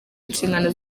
inshingano